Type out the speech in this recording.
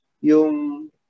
yung